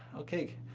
okay,